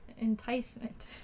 Enticement